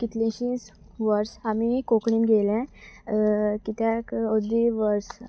कितलीशींच वर्ड्स आमी कोंकणीन घेयल्यांय कित्याक ओेर्दें वर्स